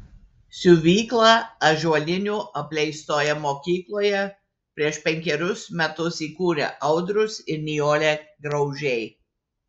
siuvyklą ąžuolinių apleistoje mokykloje prieš penkerius metus įkūrė audrius ir nijolė graužiai